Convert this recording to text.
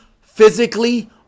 physically